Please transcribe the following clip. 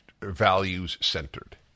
values-centered